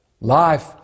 life